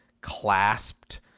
clasped